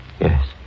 Yes